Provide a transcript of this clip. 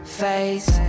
face